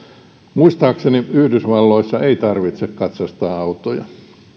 muistaakseni yhdysvalloissa ei tarvitse katsastaa autoja